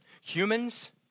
humans